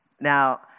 Now